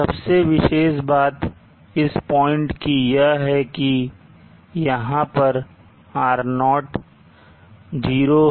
सबसे विशेष बात इस पॉइंट की यह है कि यहां पर R00 है